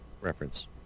reference